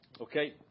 Okay